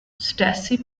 stacey